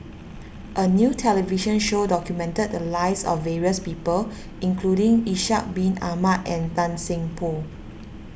a new television show documented the lives of various people including Ishak Bin Ahmad and Tan Seng Poh